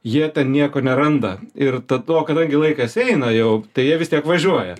jie ten nieko neranda ir tad o kadangi laikas eina jau tai jie vis tiek važiuoja